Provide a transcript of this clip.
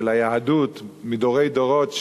אל היהדות מדורי דורות,